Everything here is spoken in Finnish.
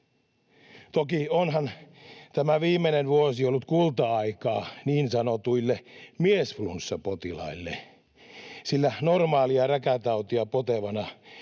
Toki onhan tämä viimeinen vuosi ollut kulta-aikaa niin sanotuille miesflunssapotilaille, sillä normaalia räkätautia potevana